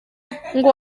ngo